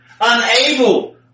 unable